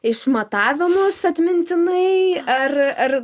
išmatavimus atmintinai ar ar